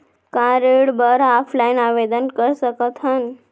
का ऋण बर ऑफलाइन आवेदन कर सकथन?